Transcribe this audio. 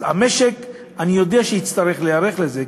אני יודע שהמשק יצטרך להיערך לזה,